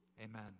Amen